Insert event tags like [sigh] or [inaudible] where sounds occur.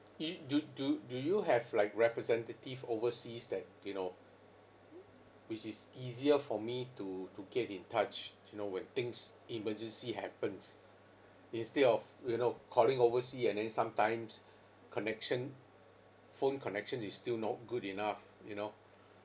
y~ do do do you have like representative overseas that you know [noise] which is easier for me to to get in touch you know when things emergency happens instead of you know calling overseas and then sometimes connection phone connection is still not good enough you know